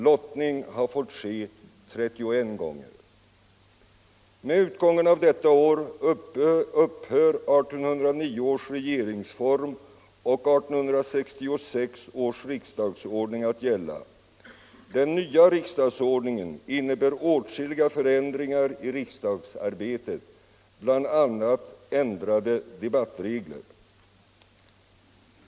Lottning har fått ske 31 gånger. Med utgången av detta år upphör 1809 års regeringsform och 1866 års riksdagsordning att gälla. Den nya riksdagsordningen innebär åtskilliga förändringar i riksdagsarbetet, bl.a. ändrade debattregler.